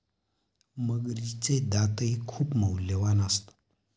मगरीचे दातही खूप मौल्यवान असतात